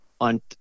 on